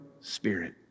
spirit